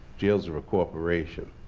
jails are a corporation.